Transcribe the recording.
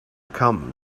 come